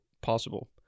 possible